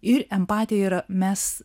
ir empatija yra mes